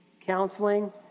Counseling